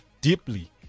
deeply